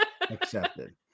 Accepted